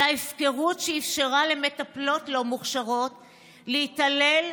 ההפקרות שאפשרה למטפלות לא מוכשרות להתעלל,